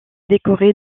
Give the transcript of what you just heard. décorée